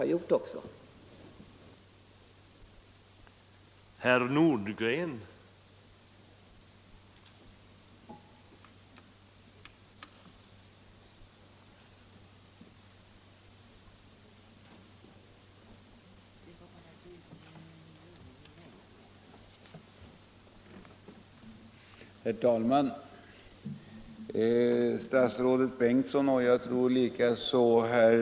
Även där hade en satsning behövts.